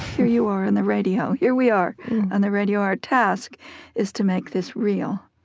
here you are on the radio, here we are on the radio. our task is to make this real.